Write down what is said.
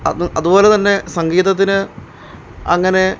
അത് അത്പോലെ തന്നെ സംഗീതത്തിന് അങ്ങനെ